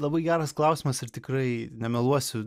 labai geras klausimas ir tikrai nemeluosiu